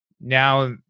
now